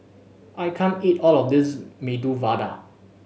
I can't eat all of this Medu Vada